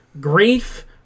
grief